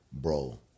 bro